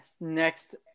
next